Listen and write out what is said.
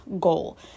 goal